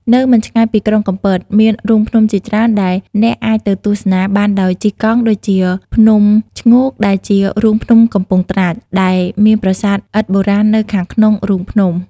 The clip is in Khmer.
នៅមិនឆ្ងាយពីក្រុងកំពត មានរូងភ្នំជាច្រើនដែលអ្នកអាចទៅទស្សនាបានដោយជិះកង់ ដូចជា ភ្នំឈ្ងោក ដែលជា រូងភ្នំកំពង់ត្រាច ដែលមានប្រាសាទឥដ្ឋបុរាណនៅខាងក្នុងរូងភ្នំ។